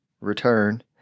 return